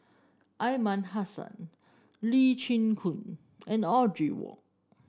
Aliman Hassan Lee Chin Koon and Audrey Wong